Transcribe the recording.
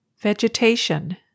Vegetation